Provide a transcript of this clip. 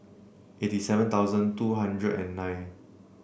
eighty seven thousand two hundred and nine